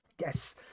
yes